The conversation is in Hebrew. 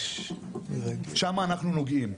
שם אנחנו נוגעים.